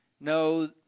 No